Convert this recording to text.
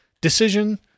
Decision